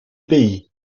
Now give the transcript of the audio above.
pays